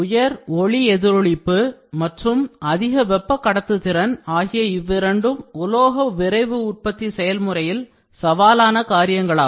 உயர் ஒளி எதிரொளிப்பு மற்றும் அதிக வெப்ப கடத்து திறன் ஆகிய இவ்விரண்டும் உலோக விரைவு உற்பத்தி செயல்முறையில் சவாலான காரியங்களாகும்